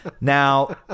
Now